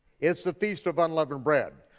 it's the feast of unleavened bread.